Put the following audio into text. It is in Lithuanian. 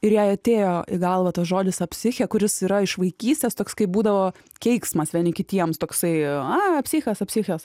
ir jai atėjo į galvą tas žodis apsichė kuris yra iš vaikystės toks kai būdavo keiksmas vieni kitiems toksai a psichas apsichas